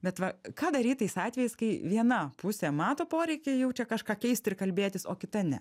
bet va ką daryt tais atvejais kai viena pusė mato poreikį jaučia kažką keisti ir kalbėtis o kita ne